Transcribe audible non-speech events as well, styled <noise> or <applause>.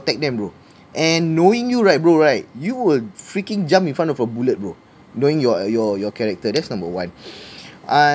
protect them bro and knowing you right bro right you will freaking jump in front of a bullet bro knowing your your your character that's number one <breath> uh